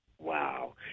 Wow